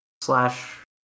slash